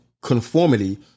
conformity